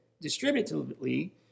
distributively